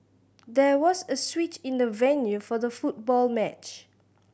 there was a switch in the venue for the football match